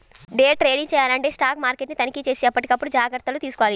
day trading చెయ్యాలంటే stock మార్కెట్ని తనిఖీచేసి ఎప్పటికప్పుడు జాగర్తలు తీసుకోవాలి